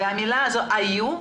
והמילה הזאת 'היו',